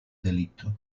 delitto